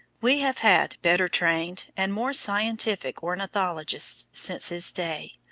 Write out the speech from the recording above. we have had better trained and more scientific ornithologists since his day,